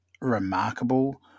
remarkable